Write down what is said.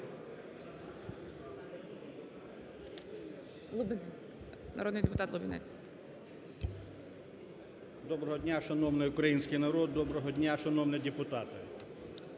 Доброго дня, шановний український народ. Доброго дня, шановні депутати.